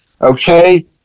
Okay